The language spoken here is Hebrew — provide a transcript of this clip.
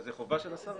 זו חובה של השרה.